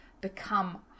become